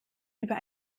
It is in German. über